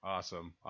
Awesome